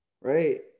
right